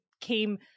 came